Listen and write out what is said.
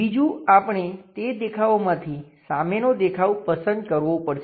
બીજું આપણે તે દેખાવોમાંથી સામેનો દેખાવ પસંદ કરવો પડશે